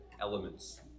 elements